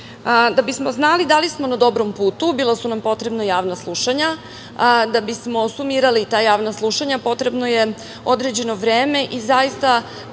bismo znali da li smo na dobrom putu, bila su nam potrebna javna slušanja. Da bismo sumirali ta javna slušanja, potrebno je određeno vreme i zaista, članovi